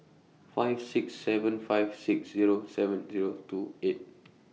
five six seven five six Zero seven Zero two eight